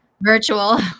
virtual